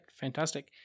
Fantastic